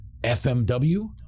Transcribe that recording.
FMW